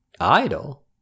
Idle